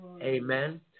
Amen